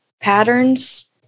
patterns